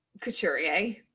Couturier